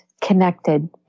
connected